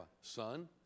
son